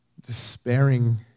despairing